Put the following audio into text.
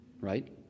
right